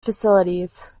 facilities